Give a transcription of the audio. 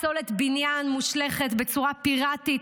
פסולת בניין מושלכת בצורה פיראטית,